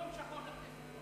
יום שחור לכנסת.